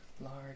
large